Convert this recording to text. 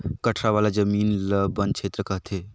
कठरा वाला जमीन ल बन छेत्र कहथें